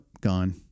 gone